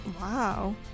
Wow